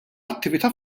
attività